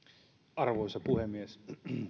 arvoisa puhemies